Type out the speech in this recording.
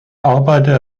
arbeitete